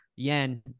Yen